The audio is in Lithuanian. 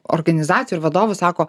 organizacijų vadovų sako